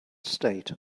state